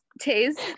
taste